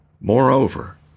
Moreover